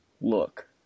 look